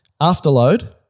Afterload